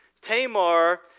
Tamar